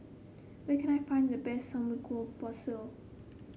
where can I find the best Samgyeopsal